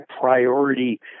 priority